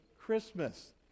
Christmas